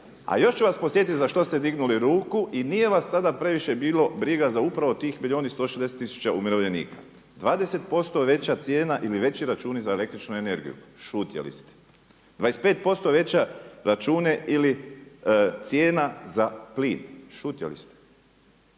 A još ću vas podsjetiti za što ste dignuli ruku i nije vas tada previše bilo briga za upravo tih milijun i 160 tisuća umirovljenika. 20% veća cijena ili veći računi za električnu energiju šutjeli ste, 25% veći računi ili cijena za plin šutjeli ste,